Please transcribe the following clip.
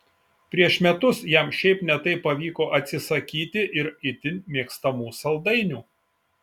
prieš metus jam šiaip ne taip pavyko atsisakyti ir itin mėgstamų saldainių